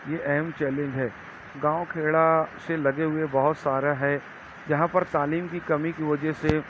یہ اہم چیلنج ہے گاؤں کھیڑا سے لگے ہوئے بہت سارا ہے جہاں پر تعلیم کی کمی کی وجہ سے